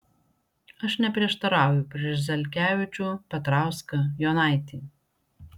aš neprieštarauju prieš zelkevičių petrauską jonaitį